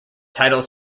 title